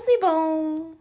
boom